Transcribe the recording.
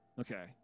Okay